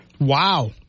Wow